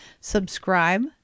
subscribe